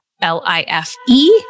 L-I-F-E